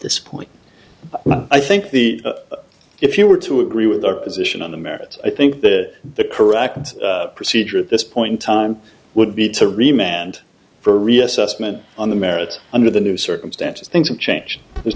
this point i think the if you were to agree with your position on the merits i think that the correct procedure at this point in time would be to remain and for a reassessment on the merits under the new circumstances things have changed there's